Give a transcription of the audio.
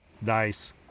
Nice